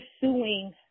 pursuing